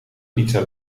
pizza